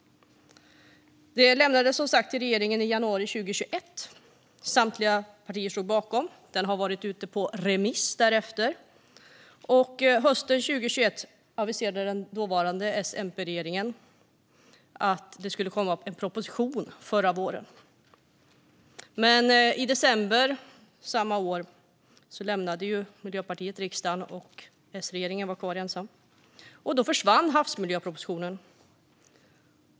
Det lämnades som sagt till regeringen i januari 2021, och samtliga partier stod bakom det. Betänkandet har därefter varit ute på remiss, och hösten 2021 aviserade den dåvarande S-MP-regeringen att det skulle komma en proposition förra våren. Men i december samma år lämnade Miljöpartiet regeringen, och bara Socialdemokraterna var kvar i regeringen. Då försvann havsmiljöpropositionen.